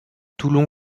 toulon